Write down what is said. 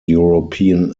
european